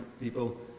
people